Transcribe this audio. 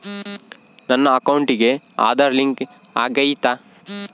ನನ್ನ ಅಕೌಂಟಿಗೆ ಆಧಾರ್ ಲಿಂಕ್ ಆಗೈತಾ?